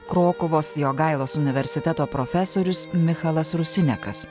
krokuvos jogailos universiteto profesorius michalas rusinekas